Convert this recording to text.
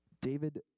David